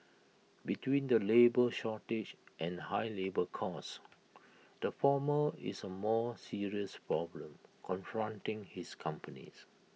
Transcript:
between the labour shortage and high labour costs the former is A more serious problem confronting his companies